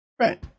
Right